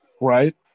right